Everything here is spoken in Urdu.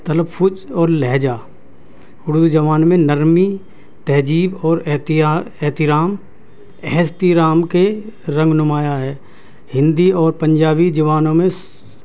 تلفج اور لہجہ اردو زبان میں نرمی تہذیب اور احتیا احترام کے رنگ نمایاں ہیں ہندی اور پنجابی زبانوں میں